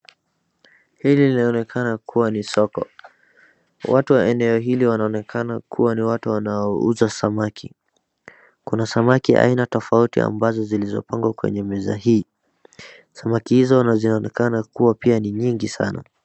Hili linaonekana kuwa ni soko, watu wa eneo hili wanaonekana kuwa ni watu wanaouza samaki, kuna samaki aina tofauti ambazo zilizopangwa kwenye meza hii, samaki hizi zinaonekana kuwa pia ni nyingi sana.